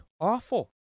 awful